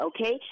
okay